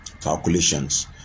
calculations